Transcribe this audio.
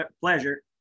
pleasure